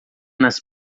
nas